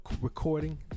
recording